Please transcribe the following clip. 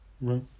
Right